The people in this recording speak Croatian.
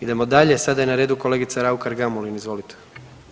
Idemo dalje, sada je na redu kolegica Raukar Gamulin, izvolite.